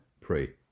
pray